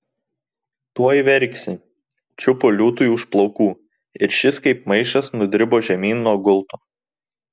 tuoj verksi čiupo liūtui už plaukų ir šis kaip maišas nudribo žemyn nuo gulto